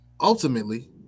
Ultimately